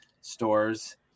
stores